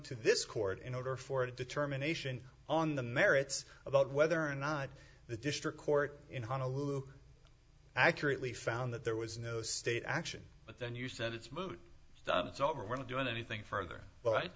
to this court in order for a determination on the merits about whether or not the district court in honolulu accurately found that there was no state action but then you said it's moot it's over we're not doing anything further